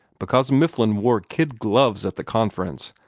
because mifflin wore kid gloves at the conference,